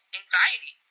anxiety